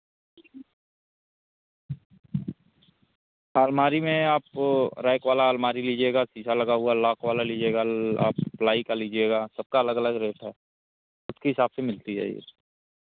अलमारी में आपको रैक वाला अलमारी लीजिएगा शीशा लगा हुआ लॉक वाला लीजिएगा आप प्लाई का लीजिएगा सबका अलग अलग रेट है फुट के हिसाब से मिलती है यह